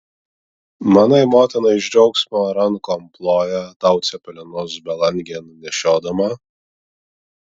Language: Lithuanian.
manai motina iš džiaugsmo rankom ploja tau cepelinus belangėn nešiodama